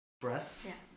breasts